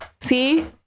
See